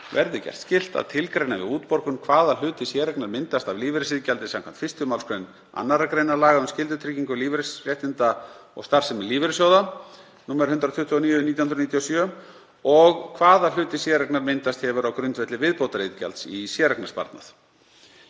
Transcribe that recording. verði gert skylt að tilgreina við útborgun hvaða hluti séreignar myndast af lífeyrisiðgjaldi, skv. 1. mgr. 2. gr. laga um skyldutryggingu lífeyrisréttinda og starfsemi lífeyrissjóða, nr. 129/1997, og hvaða hluti séreignar myndast hefur á grundvelli viðbótariðgjalds til séreignarsparnaðar.